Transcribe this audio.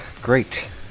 great